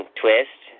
twist